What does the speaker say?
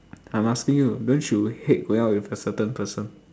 I'm asking you don't you hate going out with a certain person